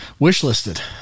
Wishlisted